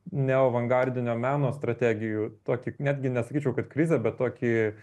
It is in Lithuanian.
neoavangardinio meno strategijų tokį netgi nesakyčiau kad krizę bet tokį